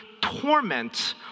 torment